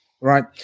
right